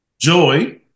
Joy